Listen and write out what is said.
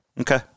Okay